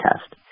test